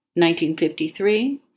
1953